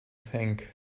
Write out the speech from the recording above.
think